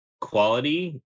quality